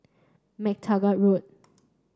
Mac Taggart Road